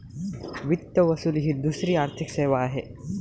वित्त वसुली ही दुसरी आर्थिक सेवा आहे